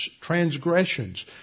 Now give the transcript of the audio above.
transgressions